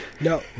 No